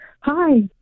Hi